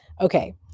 Okay